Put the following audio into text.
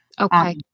Okay